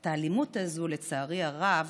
את האלימות הזו, לצערי הרב,